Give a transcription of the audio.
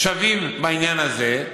שווים, בעניין הזה.